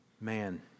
Man